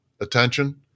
attention